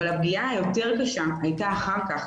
אבל הפגיעה היותר קשה הייתה אחר כך,